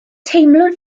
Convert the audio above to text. teimlwn